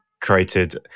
created